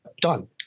done